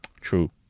True